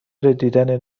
دیدن